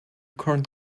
current